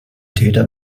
täter